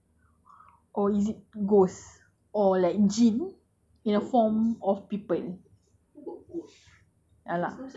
is it the roh of the people or is it ghost or like jin in a form of people